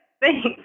thanks